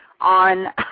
on